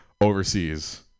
overseas